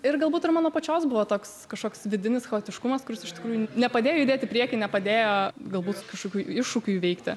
ir galbūt ir mano pačios buvo toks kažkoks vidinis chaotiškumas kuris iš tikrųjų nepadėjo judėti į priekį nepadėjo galbūt kažkokių iššūkių įveikti